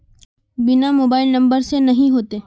बिना mobile number से नहीं होते?